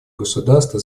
государства